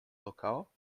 local